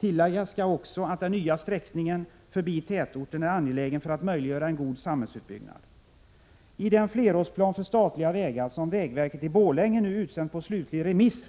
Tilläggas skall också att den nya sträckningen förbi tätorten är angelägen för att möjliggöra en god samhällsutbyggnad. I den flerårsplan för statliga vägar som vägverket i Borlänge nu utsänt på slutlig remiss